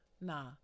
Nah